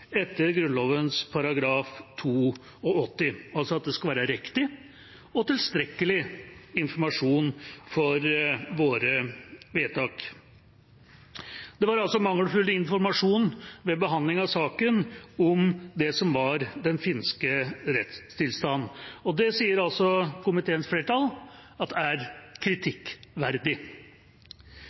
etter Grunnloven § 82, altså at det skal være riktig og tilstrekkelig informasjon for våre vedtak? Det var mangelfull informasjon ved behandlingen av saken om det som var den finske rettstilstand. Det sier komiteens flertall at er kritikkverdig.